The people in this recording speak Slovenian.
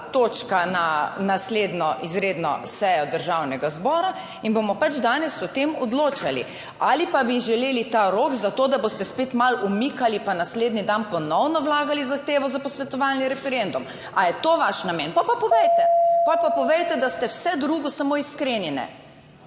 na naslednjo izredno sejo Državnega zbora in bomo pač danes o tem odločali. Ali pa bi želeli ta rok **6. TRAK: (VP) 10.25** (nadaljevanje) za to, da boste spet malo umikali pa naslednji dan ponovno vlagali zahtevo za posvetovalni referendum. A je to vaš namen? Pol pa povejte. Pol pa povejte, da ste vse drugo, samo iskreni ne.